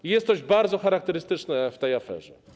I jest coś bardzo charakterystycznego w tej aferze.